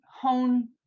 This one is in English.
hone